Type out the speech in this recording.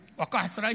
חוצפה, חוצפה ישראלית.)